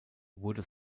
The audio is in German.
wurde